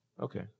Okay